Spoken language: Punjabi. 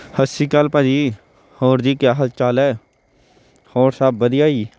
ਸਤਿ ਸ਼੍ਰੀ ਅਕਾਲ ਭਾਅ ਜੀ ਹੋਰ ਜੀ ਕਿਆ ਹਾਲ ਚਾਲ ਹੈ ਹੋਰ ਸਭ ਵਧੀਆ ਜੀ